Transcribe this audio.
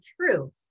true